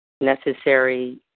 Necessary